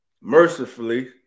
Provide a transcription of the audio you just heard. mercifully